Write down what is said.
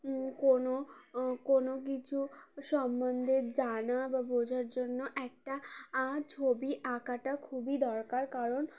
কোনো কোনো কিছু সম্বন্ধে জানা বা বোঝার জন্য একটা ছবি আঁকাটা খুবই দরকার কারণ